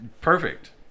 Perfect